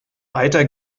eiter